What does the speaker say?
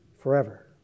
Forever